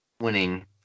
winning